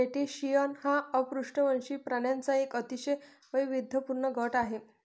crustacean हा अपृष्ठवंशी प्राण्यांचा एक अतिशय वैविध्यपूर्ण गट आहे